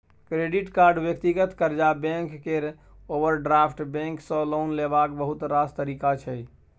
credit card, व्यक्तिगत कर्जा, bank केर ओवरड्राफ्ट बैंक सँ लोन लेबाक बहुत रास तरीका छै